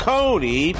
Cody